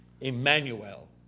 Emmanuel